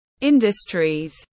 industries